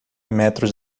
metros